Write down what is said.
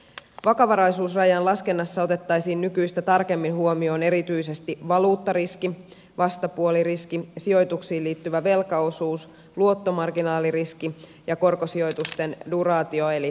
vakavaraisuusrajan laskennassa otettaisiin nykyistä tarkemmin huomioon erityisesti valuuttariski vastapuoliriski sijoituksiin liittyvä velkaosuus luottomarginaaliriski ja korkosijoitusten duraatio eli kesto